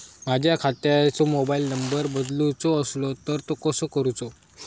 माझ्या खात्याचो mobile number बदलुचो असलो तर तो कसो करूचो?